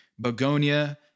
Begonia